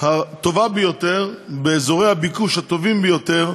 הטובה ביותר, באזורי הביקוש הטובים ביותר,